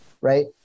right